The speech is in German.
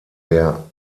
der